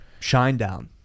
Shinedown